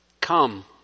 come